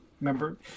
remember